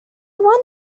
won